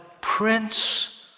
Prince